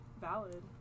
Valid